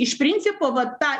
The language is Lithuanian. iš principo va ta